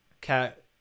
Cat